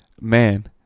man